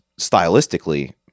stylistically